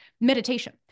meditation